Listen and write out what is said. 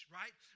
right